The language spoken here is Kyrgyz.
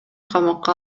камакка